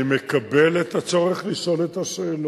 אני מקבל את הצורך לשאול את השאלה.